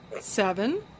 Seven